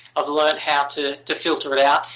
i've learnt how to to filter it out.